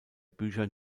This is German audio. bücher